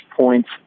points